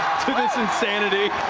this insanity.